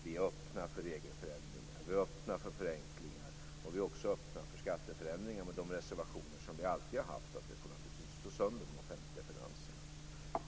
Vi är öppna för regelförändringar. Vi är öppna för förenklingar. Vi är också öppna för skatteförändringar, med de reservationer som vi alltid har haft att de naturligtvis inte får slå sönder de offentliga finanserna.